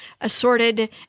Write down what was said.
assorted